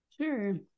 Sure